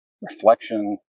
reflection